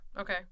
okay